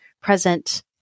present